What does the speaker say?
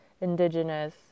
indigenous